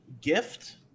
gift